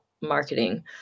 marketing